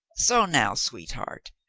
so now, sweetheart,